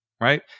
Right